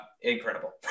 incredible